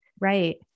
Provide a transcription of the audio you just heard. Right